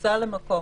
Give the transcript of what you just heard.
בכניסה למקום.